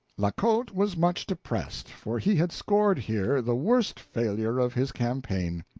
la cote was much depressed, for he had scored here the worst failure of his campaign.